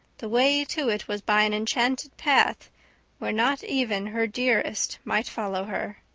the way to it was by an enchanted path where not even her dearest might follow her.